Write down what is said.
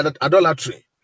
adultery